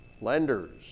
lenders